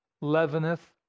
leaveneth